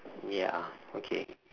ya okay